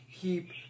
keep